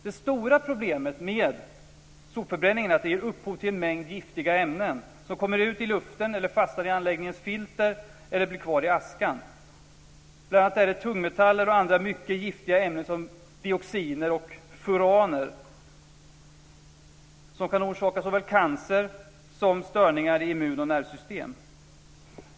Det stora problemet med sopförbränningen är att den ger upphov till en mängd giftiga ämnen som kommer ut i luften, fastnar i anläggningens filter eller blir kvar i askan. Det är bl.a. tungmetaller och andra mycket giftiga ämnen som dioxiner och furaner, som kan orsaka såväl cancer som störningar i immun och nervsystem.